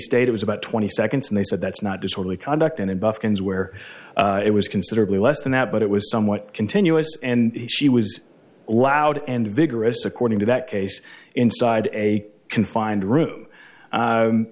state it was about twenty seconds and they said that's not disorderly conduct and in buchan's where it was considerably less than that but it was somewhat continuous and he was loud and vigorous according to that case inside a confined room